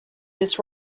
this